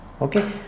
okay